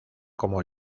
como